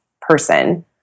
person